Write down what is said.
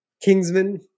Kingsman